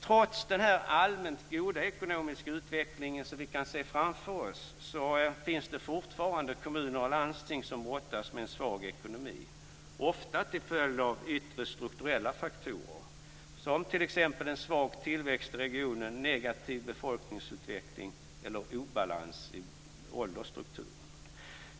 Trots den allmänt goda ekonomiska utvecklingen som vi kan se framför oss finns det fortfarande kommuner och landsting som brottas med en svag ekonomi, ofta till följd av yttre strukturella faktorer, som t.ex. en svag tillväxt i regionen, negativ befolkningsutveckling eller obalans i åldersstrukturen.